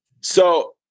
So-